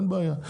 אין בעיה.